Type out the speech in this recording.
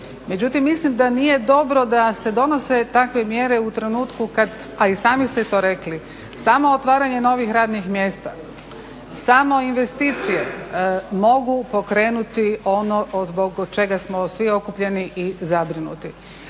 Međutim, mislim da nije dobro da se donose takve mjere u trenutku kad a i sami ste to rekli, samo otvaranje novih radnih mjesta, samo investicije mogu pokrenuti ono zbog čega smo svi okupljeni i zabrinuti.